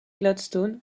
gladstone